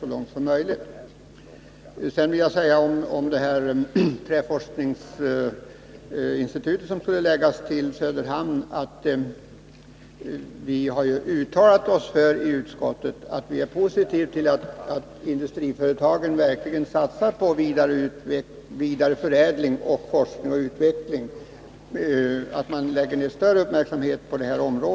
Beträffande förslaget att förlägga ett träforskningsinstitut till Söderhamn har vi i utskottet sagt att vi är positiva till att industriföretagen satsar på vidareförädling, forskning och utveckling.